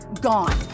gone